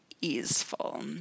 easeful